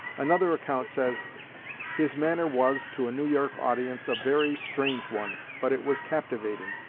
another account says his manner was, to a new york audience, a very strange one, but it was captivating.